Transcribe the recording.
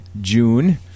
June